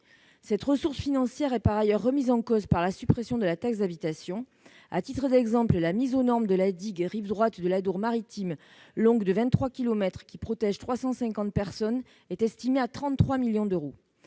Cette ressource financière est par ailleurs remise en cause par la suppression de la taxe d'habitation. À titre d'exemple, la mise aux normes de la digue de la rive droite de l'Adour maritime, longue de 23 kilomètres, qui protège 350 personnes, est estimée à 33 millions d'euros.,